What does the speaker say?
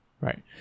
right